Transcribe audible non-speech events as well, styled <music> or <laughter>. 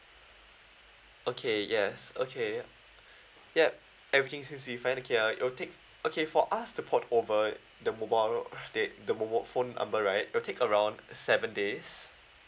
okay yes okay <breath> ya everything seems to be fine okay uh it'll take okay for us to port over the mobile da~ the mobile phone number right it will take around seven days